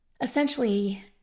essentially